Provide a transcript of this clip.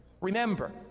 Remember